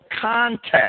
context